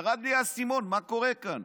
ירד לי האסימון מה קורה כאן.